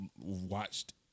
watched